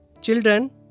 Children